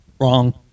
wrong